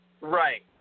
Right